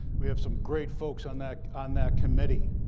we have some great folks on that on that committee.